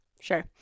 Sure